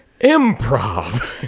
improv